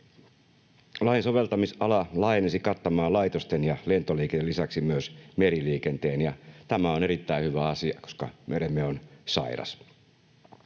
Lain soveltamisala laajenisi kattamaan laitosten ja lentoliikenteen lisäksi meriliikenteen, ja tämä on erittäin hyvä asia, koska meremme on sairas.